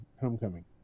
Homecoming